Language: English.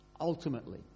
ultimately